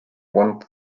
one